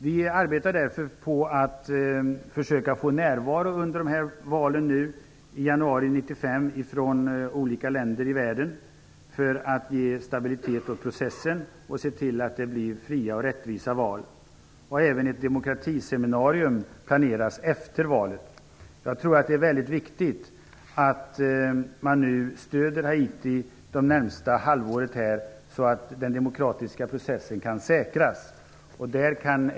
Vi arbetar därför från olika länder i världen på att försöka få närvara under valen i januari 1995, detta för att ge stabilitet åt processen och se till att det blir fria och rättvisa val. Det planeras även ett demokratiseminarium efter valet. Jag tror att det är väldigt viktigt att man stöder Haiti under det närmaste halvåret, så att den demokratiska processen kan säkras.